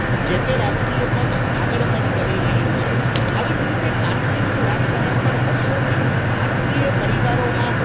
જે તે રાજકીય પક્ષ આગળ પણ કરી રહ્યું છે આવી જ રીતે કાશ્મીરનું રાજકારણ પણ વર્ષોથી રાજકીય પરિવારોમાં